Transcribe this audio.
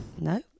No